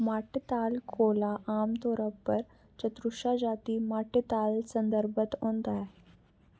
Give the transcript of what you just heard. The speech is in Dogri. माट्य ताल कोला आमतौरा उप्पर चतुश्रा जाति माट्य ताल संदर्भत होंदा ऐ